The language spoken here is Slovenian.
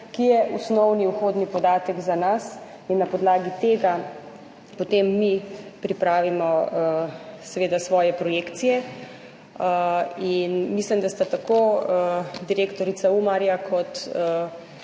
ki je osnovni vhodni podatek za nas in na podlagi tega, potem mi pripravimo seveda svoje projekcije. Mislim, da sta tako direktorica Umarja kot